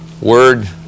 word